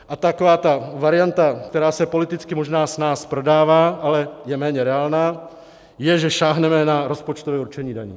A taková ta varianta, která se politicky možná snáz prodává, ale je méně reálná, je, že sáhneme na rozpočtové určení daní.